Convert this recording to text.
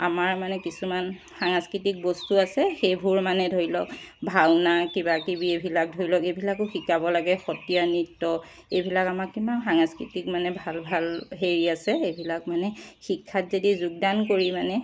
আমাৰ মানে কিছুমান সাংস্কৃতিক বস্তু আছে সেইবোৰ মানে ধৰি লওক ভাওনা কিবা কিবি এইবিলাক ধৰি লওক এইবিলাকো শিকাব লাগে সত্ৰীয়া নৃত্য এইবিলাক আমাৰ কিমান সাংস্কৃতিক মানে ভাল ভাল হেৰি আছে এইবিলাক মানে শিক্ষাত যদি যোগদান কৰি মানে